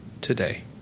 today